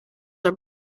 are